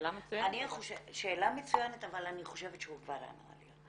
שאלה מצוינת, אבל אני חושבת שהוא כבר ענה עליה.